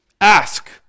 Ask